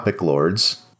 Lords